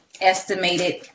estimated